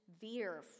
veer